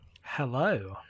Hello